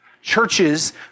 Churches